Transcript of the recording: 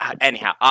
Anyhow